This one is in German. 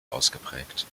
ausgeprägt